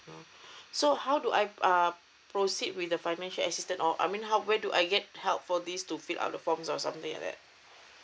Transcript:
oh so how do I uh proceed with the financial assistance or I mean how where do I get help for this to fill up the forms or something like that